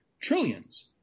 trillions